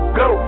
go